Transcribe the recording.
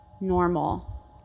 normal